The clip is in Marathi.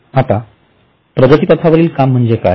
आता प्रगतीपथावरील काम म्हणजे काय